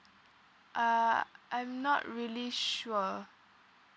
uh I'm not really sure